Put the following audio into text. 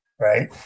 right